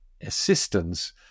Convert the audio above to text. assistance